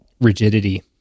rigidity